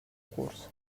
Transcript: curs